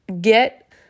Get